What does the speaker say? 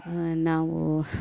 ನಾವು